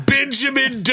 Benjamin